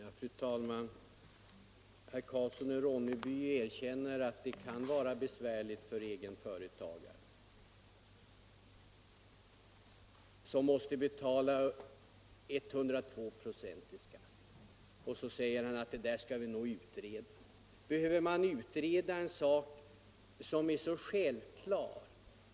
Fru talman! Herr Karlsson i Ronneby erkänner att det kan vara besvärligt för egenföretagare som måste betala 102 96 i skatt, och så säger han att det där skall vi nog utreda. Behöver vi utreda en sak som är självklar?